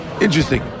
interesting